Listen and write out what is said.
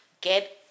get